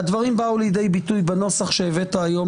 הדברים באו לידי ביטוי בנוסח שהבאת היום